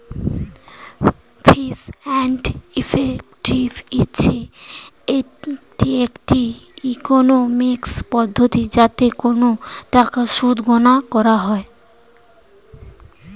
fees and effective হচ্ছে একটি economics পদ্ধতি যাতে কোন টাকার সুদ গণনা করা হয়